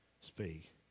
speak